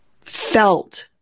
felt